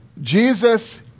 Jesus